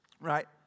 Right